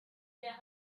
wäre